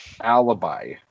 alibi